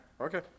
Okay